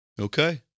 Okay